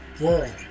world